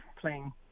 playing